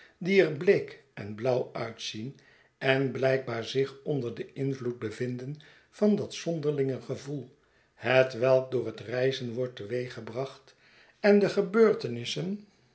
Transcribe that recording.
die er bleek en blauw uitzien en blijkbaar zich onder den invloed bevinden van dat zonderlinge gevoel hetwelk door het reizen wordt teweeggebracht en de gebeurtenissen